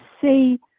see